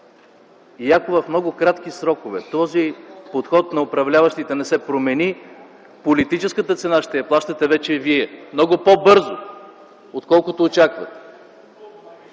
Ако в много кратки срокове този подход на управляващите не се промени, политическата цена ще я плащате вече вие много по-бързо отколкото очаквате.